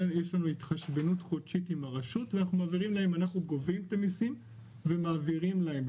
יש לנו התחשבנות חודשית עם הרשות ואנחנו גובים את המסים ומעבירים להם.